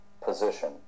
position